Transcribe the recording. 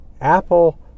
Apple